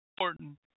important